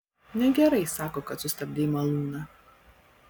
negerai sako kad sustabdei malūną